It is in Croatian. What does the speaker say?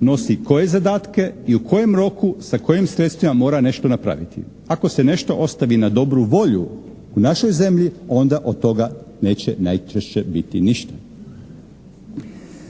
nosi koje zadatke i u kojem roku sa kojim sredstvima mora nešto napraviti? Ako se nešto ostavi na dobru volju u našoj zemlji onda od toga neće najčešće biti ništa.